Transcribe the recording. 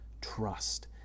trust